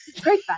Great